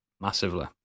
Massively